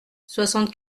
soixante